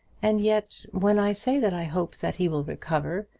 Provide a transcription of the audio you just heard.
and, yet, when i say that i hope that he will recover,